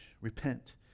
Repent